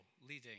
leading